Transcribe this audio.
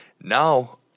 Now